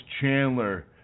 Chandler